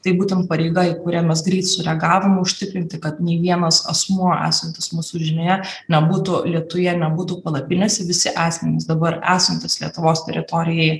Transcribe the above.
tai būtent pareiga į kurią mes greit sureagavome užtikrinti kad nei vienas asmuo esantis mūsų žinioje nebūtų lietuje nebūtų palapinėse visi asmenys dabar esantys lietuvos teritorijoj